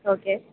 okay